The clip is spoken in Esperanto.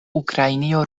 ukrainio